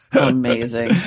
amazing